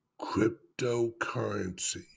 cryptocurrency